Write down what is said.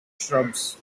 shrubs